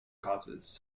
causes